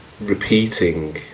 repeating